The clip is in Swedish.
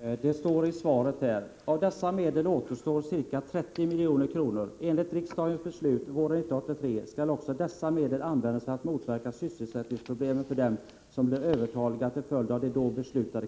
Herr talman! Det står i svaret: ”Av dessa medel återstår ca 30 milj.kr. Enligt riksdagens beslut våren 1983 skall också dessa medel användas för att motverka sysselsättningsproblemen för dem som blir övertaliga till följd av de då beslutade